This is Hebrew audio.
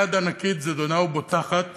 יד ענקים זדונה ובוטחת